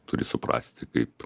turi suprasti kaip